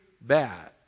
bad